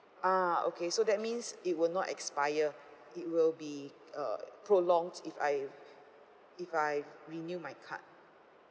ah okay so that means it will not expire it will be uh prolonged if I if I renew my card